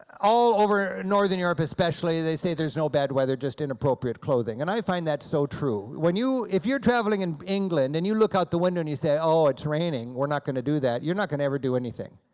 all over, northern europe especially, they say there's no bad weather just inappropriate clothing, and i find that so true. when you if you're traveling in england, and you look out the window, and you say, oh it's raining we're not going to do that, you're not going to ever do anything.